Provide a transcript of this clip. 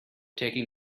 taking